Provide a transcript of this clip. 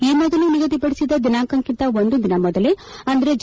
ಈ ಮೊದಲು ನಿಗದಿಪಡಿಸಿದ್ದ ದಿನಾಂಕಕ್ಕಿಂತ ಒಂದು ದಿನ ಮೊದಲೇ ಅಂದರೆ ಜ